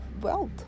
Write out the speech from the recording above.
wealth